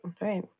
right